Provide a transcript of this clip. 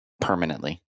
permanently